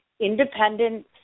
Independent